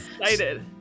Excited